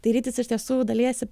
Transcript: tai rytis iš tiesų dalijasi